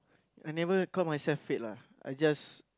I never call myself fit lah I just